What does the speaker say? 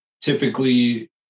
typically